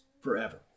forever